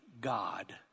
God